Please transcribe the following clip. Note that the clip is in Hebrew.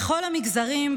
בכל המגזרים,